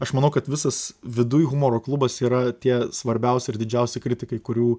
aš manau kad visas viduj humoro klubas yra tie svarbiausi ir didžiausi kritikai kurių